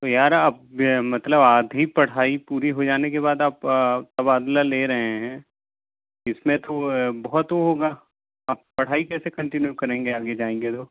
तो यार आप मतलब आधी पढ़ाई पूरी हो जाने के बाद आप तबादला ले रहें हैं इस में तो बहुत होगा आप पढ़ाई कैसे कंटीन्यू करेंगे आगे जाएंगे तो